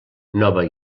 nova